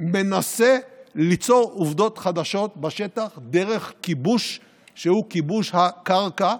מנסה ליצור עובדות חדשות בשטח דרך כיבוש שהוא כיבוש הקרקע,